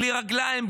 בלי רגליים,